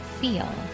feel